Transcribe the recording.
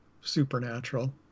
supernatural